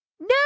No